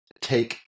take